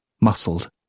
muscled